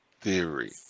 Theory